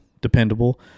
dependable